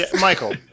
Michael